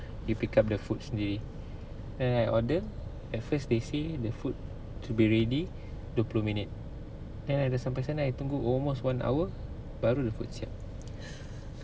you pick up the food sendiri then I order at first they say the food should be ready dua puluh minit then I dah sampai sana I tunggu almost one hour baru the food siap